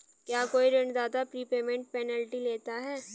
क्या कोई ऋणदाता प्रीपेमेंट पेनल्टी लेता है?